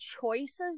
choices